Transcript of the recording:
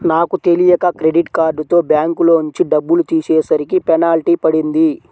నాకు తెలియక క్రెడిట్ కార్డుతో బ్యాంకులోంచి డబ్బులు తీసేసరికి పెనాల్టీ పడింది